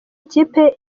ikipe